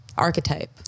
archetype